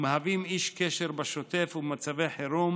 ומהווים איש קשר בשוטף ובמצבי חירום